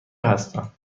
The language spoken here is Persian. هستم